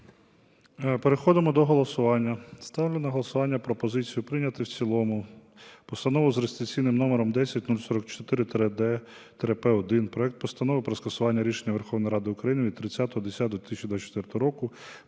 Переходимо до голосування. Ставлю на голосування пропозицію прийняти в цілому Постанову за реєстраційним номером 10044-д-П2: проект Постанови про скасування рішення Верховної Ради України від 30.10.2024 року